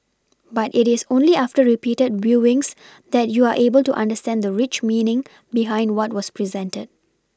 but it is only after repeated viewings that you are able to understand the rich meaning behind what was presented